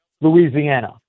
louisiana